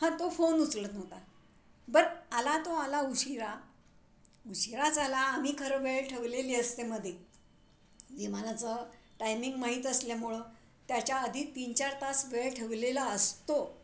हां तो फोन उचलत नव्हता बरं आला तो आला उशीरा उशिराच आला आम्ही खरं वेळ ठवलेली असते मध्ये निमानाचं टायमिंग माहीत असल्यामुळं त्याच्या आधी तीन चार तास वेळ ठवलेला असतो